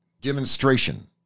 Demonstration